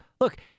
look